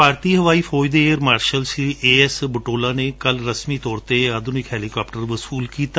ਭਾਰਤੀ ਹਵਾਈ ਫੌਜ ਦੇ air marshal A S Butola ਨੇ ਕੱਲ੍ ਰਸਮੀ ਡੌਰ ਤੇ ਇਕ ਆਧੁਨਿਕ ਹੈਲੀਕਾਪਟਰ ਵਸੁਲ ਕੀਤਾ